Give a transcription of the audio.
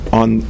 on